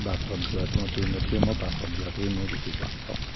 বাছত যোৱাটো মই ট্ৰেইনতকৈ মই বাছত যোৱাটোৱেই মই বেছি ভালপাওঁ